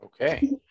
Okay